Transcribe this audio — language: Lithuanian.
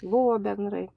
buvo bendrai